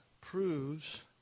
proves